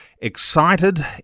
excited